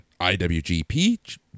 iwgp